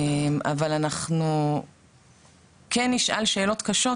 אבל אנחנו כן נשאל שאלות קשות